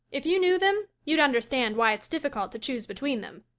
if you knew them you'd understand why it's difficult to choose between them.